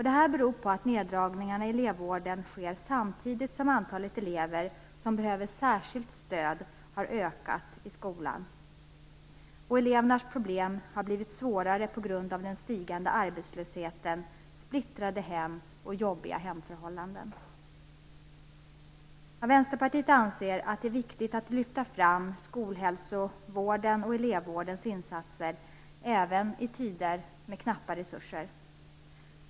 Det beror på att neddragningarna i elevvården sker samtidigt som antalet elever som behöver särskilt stöd har ökat i skolan. Elevernas problem har blivit svårare på grund av den stigande arbetslösheten, splittrade hem och jobbiga hemförhållanden. Vänsterpartiet anser att det är viktigt att lyfta fram skolhälsovården och elevvårdens insatser även i tider med knappa resurser.